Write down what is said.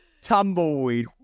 Tumbleweed